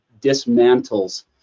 dismantles